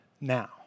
now